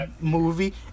movie